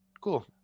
cool